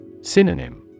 Synonym